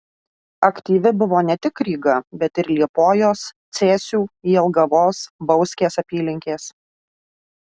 aktyvi buvo ne tik ryga bet ir liepojos cėsių jelgavos bauskės apylinkės